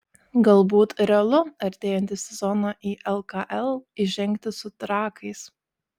galbūt realu artėjantį sezoną į lkl įžengti su trakais